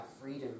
freedom